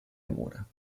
mura